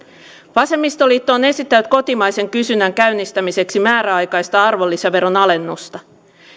vasemmistoliitto on esittänyt kotimaisen kysynnän käynnistämiseksi määräaikaista arvonlisäveron alennusta